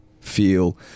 feel